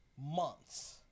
months